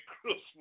Christmas